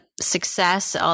success